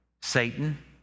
Satan